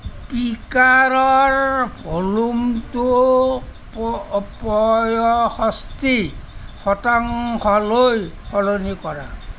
স্পিকাৰৰ ভল্যুমটো প পয়ষষ্ঠী শতাংশলৈ সলনি কৰা